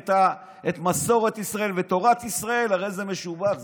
את מסורת ישראל ותורת ישראל הרי זה משובח.